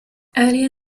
earlier